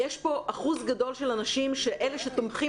יש פה אחוז גדול של אנשים שאלה שתומכים